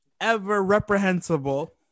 ever-reprehensible